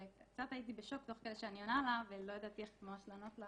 וקצת הייתי בשוק תוך כדי שאני עונה לה ולא ידעתי איך ממש לענות לה